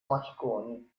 marconi